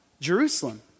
Jerusalem